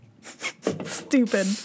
Stupid